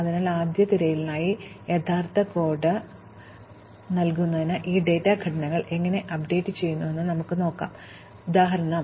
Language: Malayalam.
അതിനാൽ ആദ്യത്തെ തിരയലിനായി യഥാർത്ഥ കോഡ് നൽകുന്നതിനുമുമ്പ് ഈ ഡാറ്റ ഘടനകൾ എങ്ങനെ അപ്ഡേറ്റുചെയ്യുന്നുവെന്ന് നമുക്ക് കാണാനും കാണാനുമുള്ള ഉദാഹരണം നോക്കാം